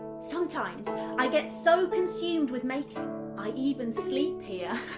sometimes i get so consumed with making i even sleep here.